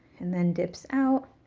and then dips out.